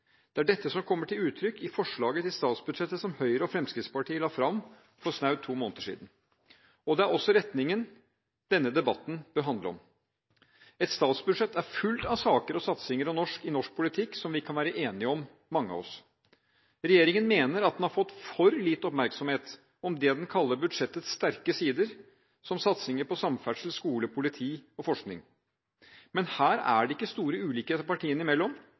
Det er dette som kommer til uttrykk i forslaget til statsbudsjett som Høyre og Fremskrittspartiet la fram for snaut to måneder siden. Det er også retningen denne debatten bør handle om. Et statsbudsjett er fullt av saker og satsinger i norsk politikk som vi kan være enige om mange av oss. Regjeringen mener at den har fått for lite oppmerksomhet om det den kaller budsjettets sterke sider, som satsinger på samferdsel, skole, politi og forskning. Men her er det ikke store ulikheter partiene imellom